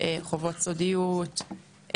חובות סודיות,